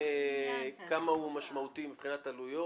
כמה הוא משמעותי מבחינת עלויות?